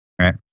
Right